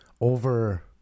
Over